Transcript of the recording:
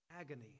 Agony